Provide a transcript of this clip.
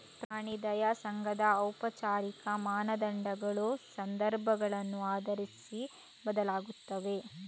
ಪ್ರಾಣಿ ದಯಾ ಸಂಘದ ಔಪಚಾರಿಕ ಮಾನದಂಡಗಳು ಸಂದರ್ಭಗಳನ್ನು ಆಧರಿಸಿ ಬದಲಾಗುತ್ತವೆ